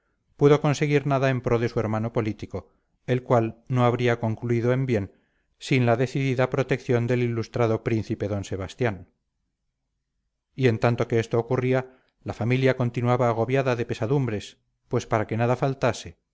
pudo conseguir nada en pro de su hermano político el cual no habría concluido en bien sin la decidida protección del ilustrado príncipe don sebastián y en tanto que esto ocurría la familia continuaba agobiada de pesadumbres pues para que nada faltase